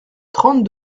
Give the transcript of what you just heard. trente